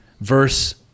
verse